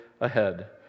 ahead